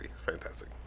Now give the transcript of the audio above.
fantastic